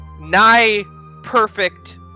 nigh-perfect